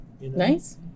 Nice